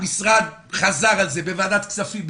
המשרד חזר על זה בוועדת כספים,